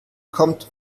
kommt